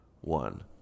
one